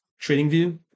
TradingView